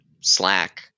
Slack